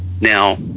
Now